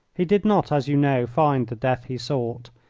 he did not, as you know, find the death he sought,